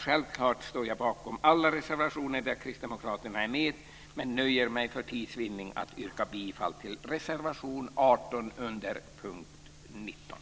Självklart står jag bakom alla reservationer där Kristdemokraterna är med, men för tids vinning nöjer jag mig med att yrka bifall till reservation 18 under punkt 19.